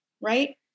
right